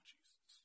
Jesus